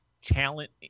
talent